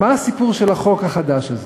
מה הסיפור של החוק החדש הזה?